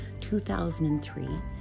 2003